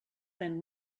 than